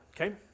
Okay